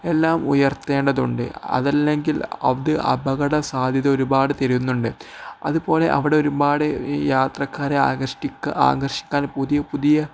എല്ലാം ഉയർത്തേണ്ടതുണ്ട് അതല്ലെങ്കിൽ അത് അപകട സാധ്യത ഒരുപാട് തരുന്നുണ്ട് അതുപോലെ അവിടെ ഒരുപാട് യാത്രക്കാരെ ആകർഷിക്കാൻ പുതിയ പുതിയ